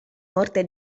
morte